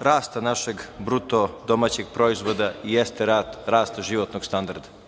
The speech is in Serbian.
rasta našeg BDP-a jeste rast životnog standarda.